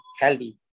healthy